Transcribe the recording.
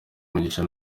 umugisha